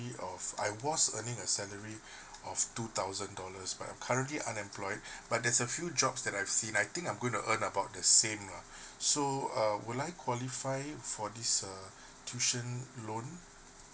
of I was earning a salary of two thousand dollars but I'm currently unemployed but there's a few jobs that I've seen I think I'm gonna earn about the same lah so uh would I qualify for this uh tuition loan